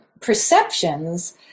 perceptions